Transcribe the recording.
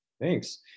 Thanks